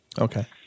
Okay